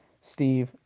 Steve